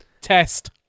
Test